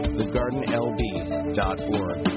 thegardenlb.org